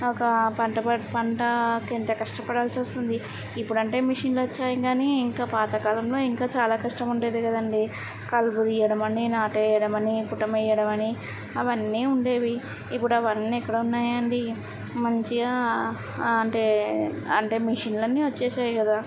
ఆ ఒక పంట పంటకు ఎంత కష్టపడాల్సొస్తుంది ఇప్పుడు అంటే మిషిన్లు వచ్చాయి కానీ ఇంకా పాత కాలంలో ఇంకా చాలా కష్టం ఉండేది కదండీ కలుపు తీయడమని నాటు వేయడమని కుటుం వేయడమని అవన్నీ ఉండేవి ఇప్పుడు అవన్నీ ఎక్కడ ఉన్నాయండీ మంచిగా ఆ అంటే అంటే మిషన్లన్నీ వచ్చేసాయి కదా